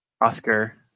Oscar